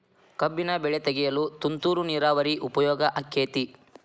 ಕಬ್ಬಿನ ಬೆಳೆ ತೆಗೆಯಲು ತುಂತುರು ನೇರಾವರಿ ಉಪಯೋಗ ಆಕ್ಕೆತ್ತಿ?